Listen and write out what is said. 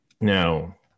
Now